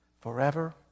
forever